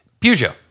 Peugeot